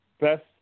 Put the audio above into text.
best